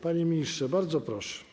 Panie ministrze, bardzo proszę.